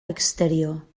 exterior